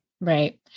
Right